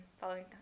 following